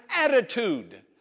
attitude